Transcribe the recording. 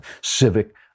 civic